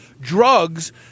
drugs